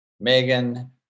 Megan